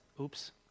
oops